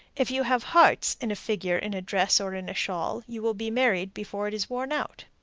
if you have hearts in a figure in a dress or in a shawl, you will be married before it is worn out.